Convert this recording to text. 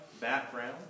background